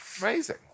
amazing